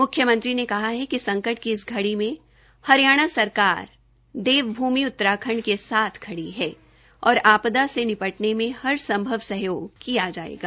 मुख्यमंत्री ने कहा है कि संकट की इस घड़ी में हरियाणा सरकार देवभूमि उत्तराखंड के साथ खड़ी है और आपदा से निपटने में हरसम्भव सहयोग किया जायेगा